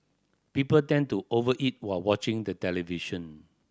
people tend to over eat were watching the television